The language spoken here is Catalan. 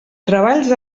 treballs